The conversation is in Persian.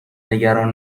نگران